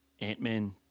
ant-man